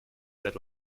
that